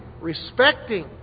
respecting